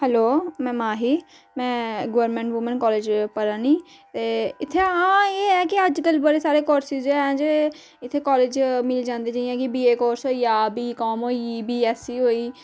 hello में माही में government women college पढ़ा'नी ते इत्थे हां एह् ऐ के अज्जकल बड़े सारे कोर्सेस जे एह् ऐ जे इत्थै कालेज च मिल जांदे जियां के बीए कोर्स होई गेआ बीकाम होई गेई बीएससी होई